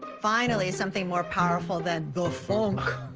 finally something more powerful than the funk.